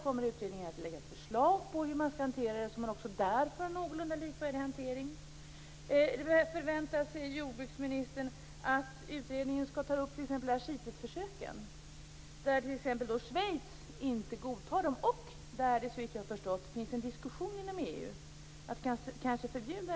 Kommer utredningen att lägga fram förslag till en någorlunda likvärdig hantering? Förväntar sig jordbruksministern vidare att utredningen skall ta upp ascitesförsöken, som t.ex. inte godtas i Schweiz? Det pågår också, såvitt jag har förstått, en diskussion inom EU om att ascitesförsök kanske skall förbjudas.